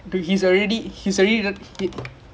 all the number sevens before all flop